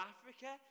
Africa